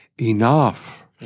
enough